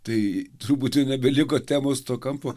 tai turbūt jau nebeliko temos to kampo